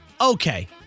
okay